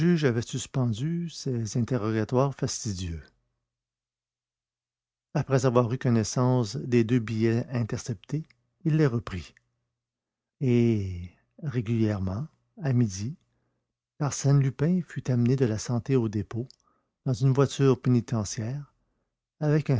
avait suspendu ces interrogatoires fastidieux après avoir eu connaissance des deux billets interceptés il les reprit et régulièrement à midi arsène lupin fut amené de la santé au dépôt dans la voiture pénitentiaire avec